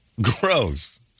Gross